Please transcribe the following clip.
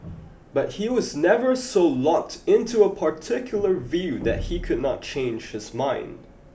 but he was never so locked in to a particular view that he could not change his mind